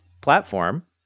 platform